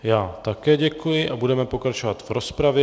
Já také děkuji a budeme pokračovat v rozpravě.